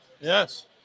Yes